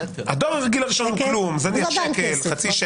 הדואר הרגיל הראשון זניח שקל או חצי שקל.